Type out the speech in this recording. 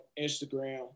Instagram